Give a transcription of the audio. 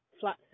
Flat